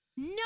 No